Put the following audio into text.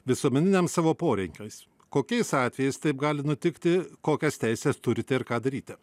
visuomeniniam savo poreikiams kokiais atvejais taip gali nutikti kokias teises turite ir ką daryti